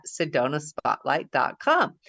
SedonaSpotlight.com